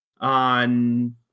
on